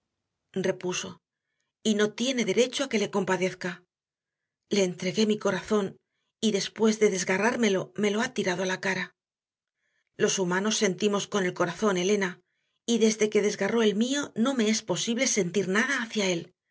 repuso y no tiene derecho a que le compadezca le entregué mi corazón y después de desgarrármelo me lo ha tirado a la cara los humanos sentimos con el corazón elena y desde que desgarró el mío no me es posible sentir nada hacia él